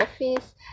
office